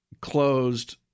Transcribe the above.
closed